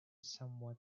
somewhat